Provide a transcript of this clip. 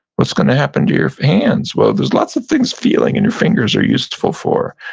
what's gonna happen to your hands? well, there's lots of things feeling in your fingers are useful for.